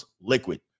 liquid